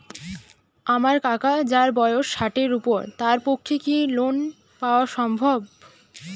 আমার কাকা যাঁর বয়স ষাটের উপর তাঁর পক্ষে কি লোন পাওয়া সম্ভব?